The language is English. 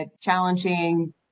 challenging